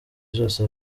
zose